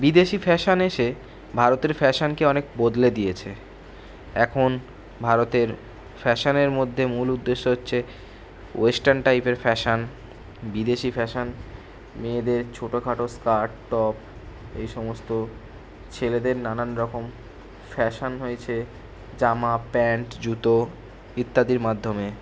বিদেশি ফ্যাশান এসে ভারতের ফ্যাশানকে অনেক বদলে দিয়েছে এখন ভারতের ফ্যাশানের মধ্যে মূল উদ্দেশ্য হচ্ছে ওয়েস্টার্ন টাইপের ফ্যাশান বিদেশি ফ্যাশান মেয়েদের ছোটোখাটো স্কারট টপ এই সমস্ত ছেলেদের নানান রকম ফ্যাশান হয়েছে জামা প্যান্ট জুতো ইত্যাদির মাধ্যমে